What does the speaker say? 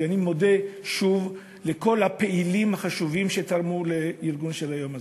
אני מודה שוב לכל הפעילים החשובים שתרמו לארגון של היום הזה.